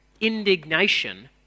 indignation